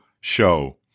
show